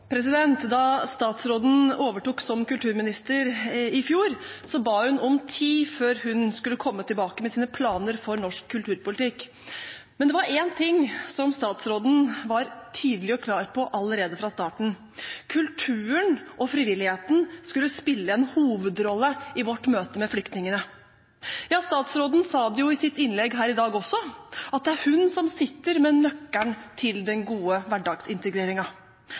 Da statsråden overtok som kulturminister i fjor, ba hun om tid før hun skulle komme tilbake med sine planer for norsk kulturpolitikk, men det var én ting statsråden sa tydelig og klart allerede fra starten: Kulturen og frivilligheten skulle spille en hovedrolle i vårt møte med flyktningene. Statsråden sa også i sitt innlegg her i dag at det er hun som sitter med nøkkelen til den gode